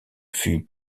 fut